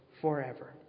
forever